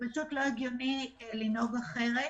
לא הגיוני לנהוג אחרת.